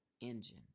engine